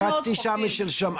אני רצתי שם שלשום.